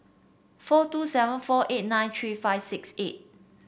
four two seven four eight nine three five six eight